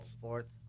Fourth